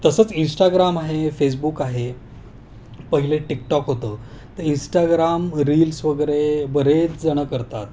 तसंच इंस्टाग्राम आहे फेसबुक आहे पहिले टिकटॉक होतं तर इंस्टाग्राम रील्स वगैरे बरेच जण करतात